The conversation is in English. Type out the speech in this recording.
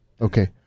Okay